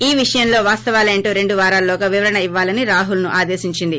ఈ విషయంలో వాస్తవాలేంటో రెండు వారాల్లోగా వివరణ ఇవ్వాలని రాహుల్ను ఆదేశించింది